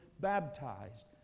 baptized